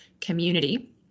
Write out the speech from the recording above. community